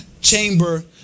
chamber